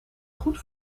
goed